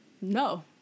No